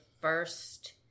first